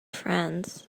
friends